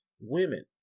women